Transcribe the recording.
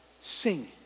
Sing